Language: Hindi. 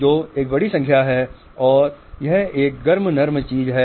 जो एक बड़ी संख्या है और यह एक गर्म नम चीज़ है